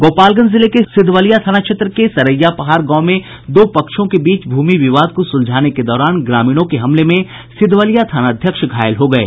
गोपालगंज जिले के सिधवलिया थाना क्षेत्र के सरैया पहाड़ गांव में दो पक्षों के बीच भूमि विवाद को सुलझाने के दौरान ग्रामीणों के हमले में सिधवलिया थानाध्यक्ष घायल हो गये